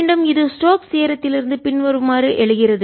மீண்டும் இது ஸ்டோக்ஸ் தீயரத்திலிருந்து தேற்றம் பின்வருமாறு எழுகிறது